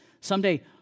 someday